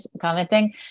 commenting